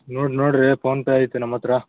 ನೋಡಿ ನೋಡ್ರಿ ಫೋನ್ಪೇ ಐತೆ ನಮ್ಮತ್ತಿರ